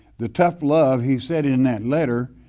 the tough love, he said in that letter,